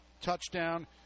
touchdown